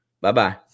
Bye-bye